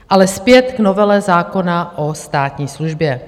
Ale zpět k novele zákona o státní službě.